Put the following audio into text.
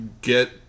get